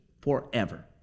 forever